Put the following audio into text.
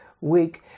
week